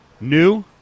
new